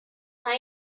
some